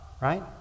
right